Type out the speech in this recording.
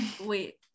Wait